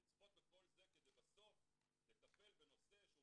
לעשות את כל זה ובסוף לטפל בנושא שהוא